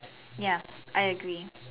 ya I agree